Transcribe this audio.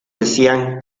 decían